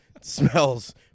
Smells